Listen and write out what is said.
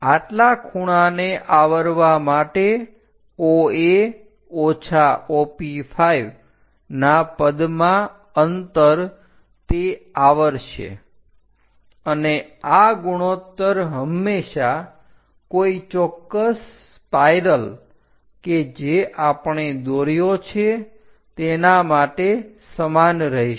આટલા ખૂણાને આવરવા માટે OA OP5 ના પદમાં અંતર તે આવરશે અને આ ગુણોત્તર હંમેશા કોઈ ચોક્કસ સ્પાઇરલ કે જે આપણે દોર્યો છે તેના માટે સમાન રહેશે